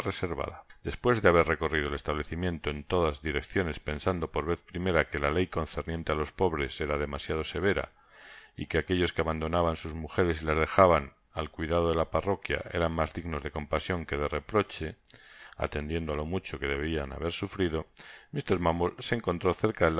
reservada despues de haber recorrido el establecimiento en todas direcciones pensando por la vez primera que la ley concerniente á los pobres era demasiado severa y que aquellos que abandonaban sus mujeres y las dejaban al cuidado de la parroquia eran mas dignos de compasion que de reproche atendido á lo mucho que debian haber sufrido mr bumble se encontró cerca